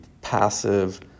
passive